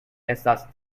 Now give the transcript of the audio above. estas